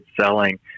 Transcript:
selling